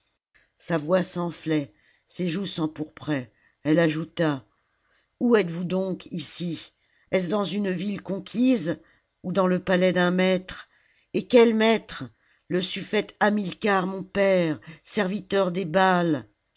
sa voix s'enflait ses joues s'empourpraient elle ajouta où êtes-vous donc ici est-ce dans une ville conquise ou dans le palais d'un maître et quel maître le suffete hamilcar mon père serviteur des baais